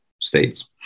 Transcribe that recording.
states